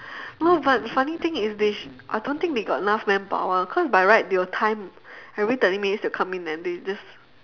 no but funny thing is they I don't think they got enough manpower cause by right they will time every thirty minutes they will come in and they just